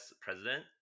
president